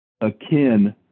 akin